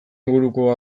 inguruko